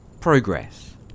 progress